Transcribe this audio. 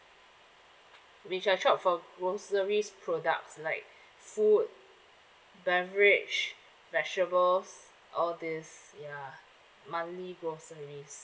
which I shop for groceries products like food beverage vegetables all this ya monthly groceries